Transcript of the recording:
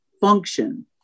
function